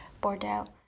Bordeaux